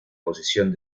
posición